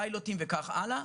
פיילוטים וכך הלאה,